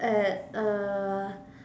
uh uh